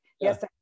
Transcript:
yes